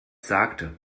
sagte